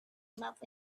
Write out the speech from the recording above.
love